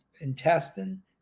intestine